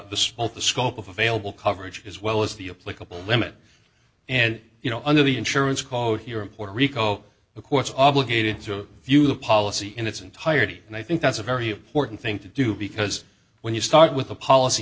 defining the scope of available coverage as well as the a political limit and you know under the insurance quote here in puerto rico the courts obligated to view the policy in its entirety and i think that's a very important thing to do because when you start with a policy